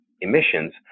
emissions